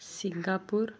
Singapore